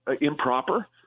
improper